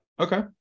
okay